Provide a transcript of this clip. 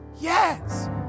Yes